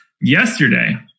Yesterday